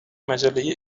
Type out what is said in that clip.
مجله